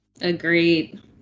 Agreed